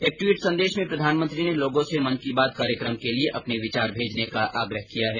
एक ट्वीट संदेश में प्रधानमंत्री ने लोगों से मन की बात कार्यक्रम के लिए अपने विचार भेजने का आग्रह किया है